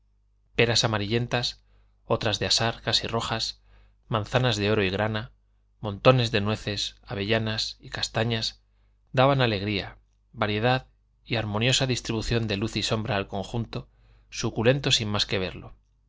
peras amarillentas otras de asar casi rojas manzanas de oro y grana montones de nueces avellanas y castañas daban alegría variedad y armoniosa distribución de luz y sombra al conjunto suculento sin más que verlo